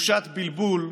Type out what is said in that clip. תחושת בלבול,